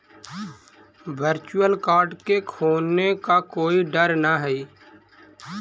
virtual card के खोने का कोई डर न हई